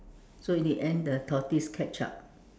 so in the end the tortoise catch up